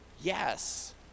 Yes